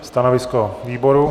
Stanovisko výboru?